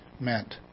meant